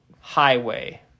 highway